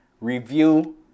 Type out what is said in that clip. review